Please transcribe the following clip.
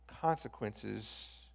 consequences